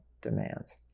demands